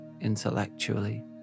intellectually